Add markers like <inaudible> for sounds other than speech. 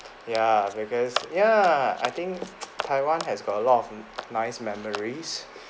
ya because ya I think <noise> taiwan has got a lot of nice memories